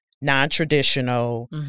non-traditional